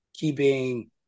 keeping